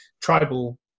tribal